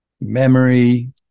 memory